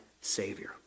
savior